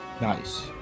Nice